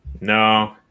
No